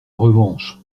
revanche